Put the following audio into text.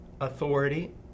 authority